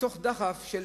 מתוך דחף של הרס עצמי,